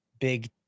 big